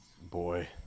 Boy